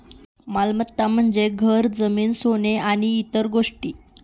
मालमत्ता म्हणजे घर, जमीन, सोने आणि इतर गोष्टी